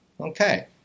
Okay